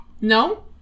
No